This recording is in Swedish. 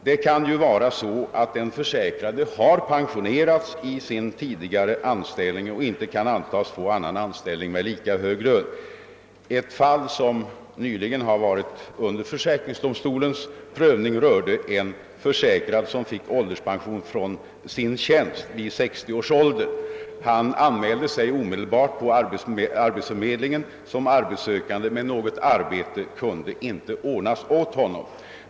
Det kan ju vara så att den försäkrade har pensionerats i sin tidigare anställning och inte kan antas få annan anställning med lika hög lön. Ett fall som nyligen har varit under försäkringsdomstolens prövning rörde en försäkrad som fick ålderspension från sin tjänst vid 60 års ålder. Han anmälde sig omedelbart på arbetsförmedlingen såsom arbetssökande, men något arbete kunde inte ordnas åt honom.